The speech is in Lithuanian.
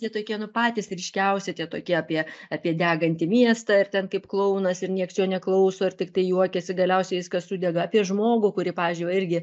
tie tokie nu patys ryškiausi tie tokie apie apie degantį miestą ir ten kaip klounas ir nieks jo neklauso ir tiktai juokiasi galiausiai viskas sudega apie žmogų kurį pavyzdžiui va irgi